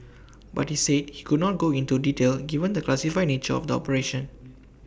but he said he could not go into detail given the classified nature of the operation